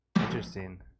Interesting